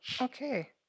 Okay